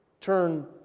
Turn